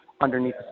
underneath